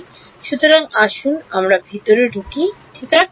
সুতরাং আসুন আমরা ভিতরে ঢুকিঠিক আছে